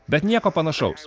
bet nieko panašaus